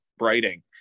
writing